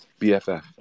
BFF